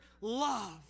love